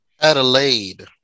Adelaide